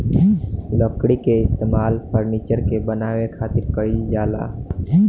लकड़ी के इस्तेमाल फर्नीचर के बानवे खातिर कईल जाला